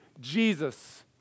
Jesus